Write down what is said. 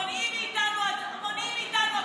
מונעים מאיתנו הכול,